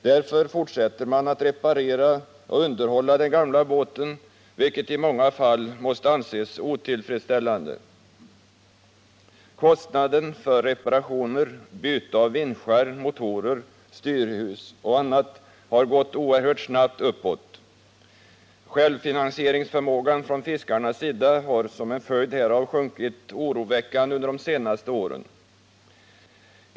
Därför fortsätter fiskaren att reparera och underhålla den gamla båten, vilket i många fall måste anses otillfredsställande. Kostnaderna för reparationer och för byte av vinschar, motorer, styrhus och annat har stigit oerhört snabbt. Självfinansieringsförmågan från fiskarnas sida har som en följd härav sjunkit oroväckande under de senaste åren.